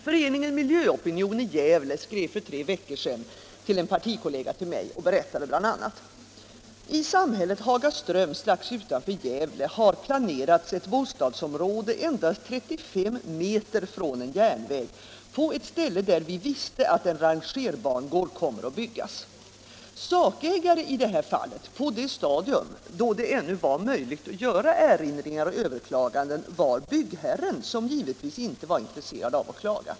Föreningen Miljö-Opinion i Gävle skrev för tre veckor sedan till en partikollega till mig och berättade bl.a.: ”I samhället Hagaström strax utanför Gävle har planerats ett bostadsområde endast 35 m från en järnväg, på ett ställe där vi visste att en rangerbangård kommer att byggas. Sakägaren i detta fall, på det stadium då det ännu var möjligt att göra erinringar och överklaganden, var byggherren, som givetvis inte var intresserad av att klaga.